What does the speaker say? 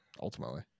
ultimately